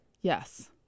yes